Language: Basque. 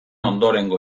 ondorengo